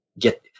get